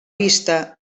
vista